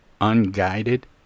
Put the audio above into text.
unguided